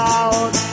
out